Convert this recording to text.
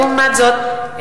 ולעומת זאת,